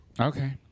Okay